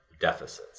deficits